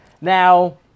now